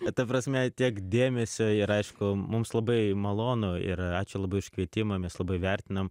ta prasme tiek dėmesio ir aišku mums labai malonu ir ačiū labai už kvietimą mes labai vertinam